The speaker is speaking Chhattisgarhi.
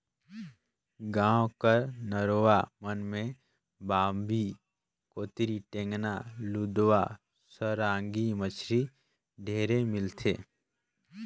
गाँव कर नरूवा मन में बांबी, कोतरी, टेंगना, लुदवा, सरांगी मछरी ढेरे मिलथे